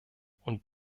und